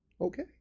Okay